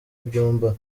byumba